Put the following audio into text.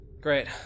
Great